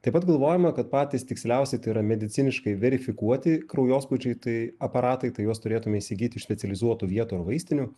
taip pat galvojame kad patys tiksliausi tai yra mediciniškai verifikuoti kraujospūdžiui tai aparatai tai juos turėtume įsigyti iš specializuotų vietų ar vaistinių